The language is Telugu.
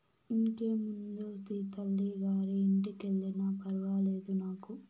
ఇంకేముందే సీతల్లి గారి ఇంటికెల్లినా ఫర్వాలేదు నాకు